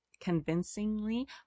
convincingly